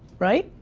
right,